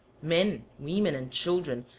men, women, and children,